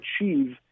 achieve